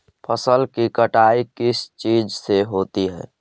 फसल की कटाई किस चीज से होती है?